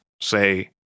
say